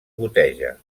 goteja